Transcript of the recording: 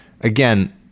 again